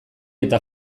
eta